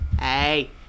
Hey